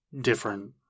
different